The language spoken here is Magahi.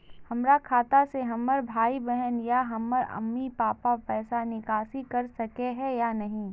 हमरा खाता से हमर भाई बहन या हमर मम्मी पापा पैसा निकासी कर सके है या नहीं?